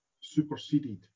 superseded